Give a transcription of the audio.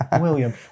William